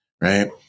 Right